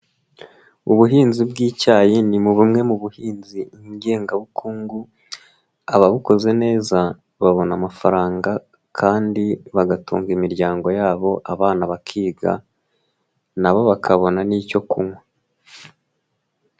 Ubuhinzi bw'icyayi ni bumwe mu buhinzi ngengabukungu, ababukoze neza babona amafaranga kandi bagatunga imiryango yabo, abana bakiga n'abo bakabona n'icyo kunywa.